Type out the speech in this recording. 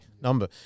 number